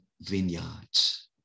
vineyards